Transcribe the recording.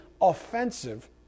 offensive